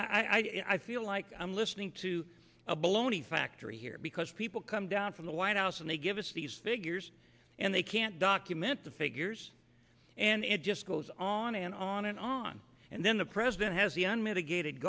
i feel like i'm listening to a baloney factory here because people come down from the white house and they give us these figures and they can't document the figures and it just goes on and on and on and then the president has the unmitigated